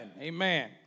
Amen